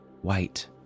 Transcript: white